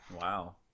Wow